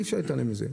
אי אפשר להתעלם מזה.